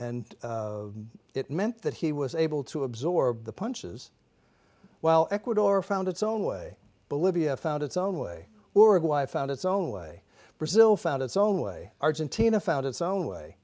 and it meant that he was able to absorb the punches while ecuador found its own way bolivia found its own way or of why found its own way brazil found its own way argentina found its own way